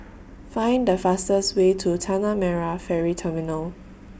Find The fastest Way to Tanah Merah Ferry Terminal